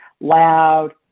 loud